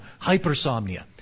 hypersomnia